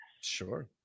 Sure